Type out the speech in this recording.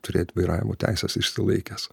turėt vairavimo teises išsilaikęs